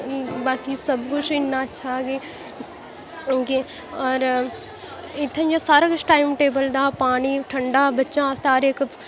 बाकी सब कुश इन्ना अच्छा कि होर इत्थै इ'यां सारा टाईम टेबल दा पानी ठंडा बच्चें आस्तै